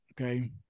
Okay